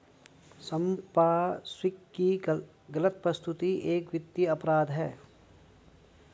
संपार्श्विक की गलत प्रस्तुति एक वित्तीय अपराध है